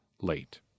late